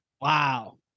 Wow